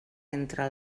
entre